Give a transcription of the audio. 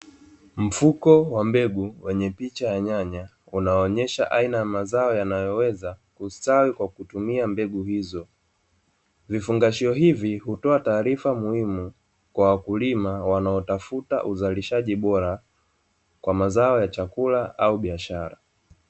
Mfuko wa mbegu wenye picha ya nyanya, inaonyesha aina ya mazao yanayoweza kustawi kwa kutumia mbegu hizo. Vifungashio hivi hutoa taarifa muhimu kwa wakulima wanaotafuta uzalishaji bora kwa mazao ya chakula au biashara.